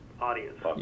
audience